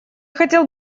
хотел